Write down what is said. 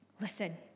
Listen